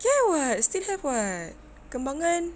ya [what] still have [what] kembangan